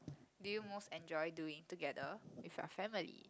do you most enjoy doing together with your family